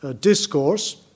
discourse